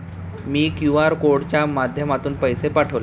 मी QR कोडच्या माध्यमातून पैसे पाठवले